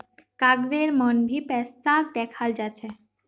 कागजेर मन भी पैसाक दखाल जा छे